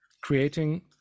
creating